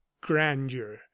grandeur